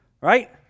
right